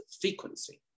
frequency